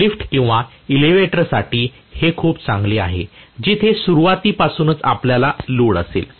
lift किंवा elevator साठी हे खूप चांगले आहे जिथे सुरुवातीपासूनच आपल्याकडे लोड असेल